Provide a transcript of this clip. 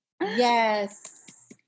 Yes